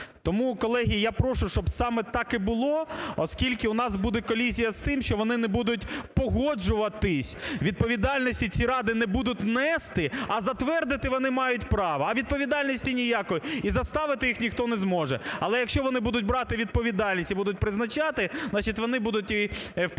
Тому, колеги, я прошу, щоб саме так і було, оскільки у нас буде колізія з тим, що вони не будуть погоджуватись, відповідальності ці ради не будуть нести, а затвердити вони мають право, а відповідальності ніякої і заставити їх ніхто не зможе. Але якщо вони будуть брати відповідальність і будуть призначати, значить вони будуть впливати